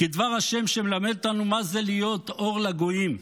כדבר השם, שמלמד אותנו מה זה להיות אור לגויים,